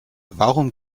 warum